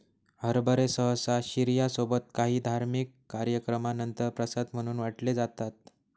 हरभरे सहसा शिर्या सोबत काही धार्मिक कार्यक्रमानंतर प्रसाद म्हणून वाटले जातात